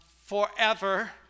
forever